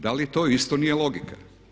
Da li to isto nije logika?